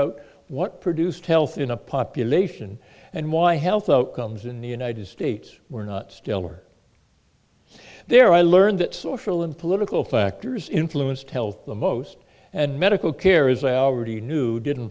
out what produced health in a population and why health outcomes in the united states were not stellar there i learned that social and political factors influenced health the most and medical care as i already knew didn't